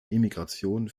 emigration